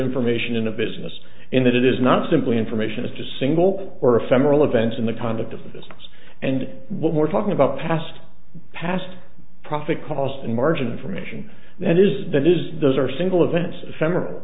information in a business in that it is not simply information it's just single or ephemeral events in the conduct of this and what we're talking about past past profit cost and margin information that is that is those are single events ephemeral